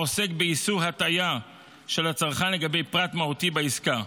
העוסק באיסור הטעיה של הצרכן לגבי פרט מהותי בעסקה.